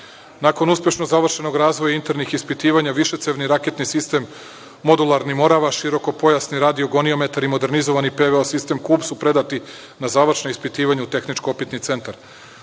uspešno završenog razvoja internih ispitivanja, višecevni raketni sistem modularni „Morava“, širokopojasni radiogoniometar i modernizovani PVO sistem „Kub“ su predati na završna ispitivanja u Tehničko opitni centar. Osim